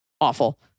awful